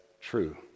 true